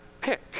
pick